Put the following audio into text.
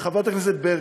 וחברת הכנסת ברקו,